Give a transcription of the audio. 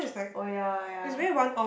oh ya ya